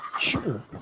sure